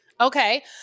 Okay